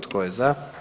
Tko je za?